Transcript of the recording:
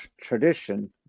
tradition